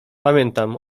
pamiętam